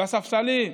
בספסלים,